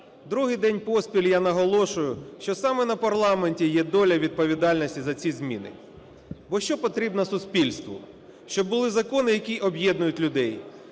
Другий день поспіль я наголошую, що саме на парламенті є доля відповідальності за ці зміни. Бо що потрібно суспільству? Щоб були закони, які об'єднують людей,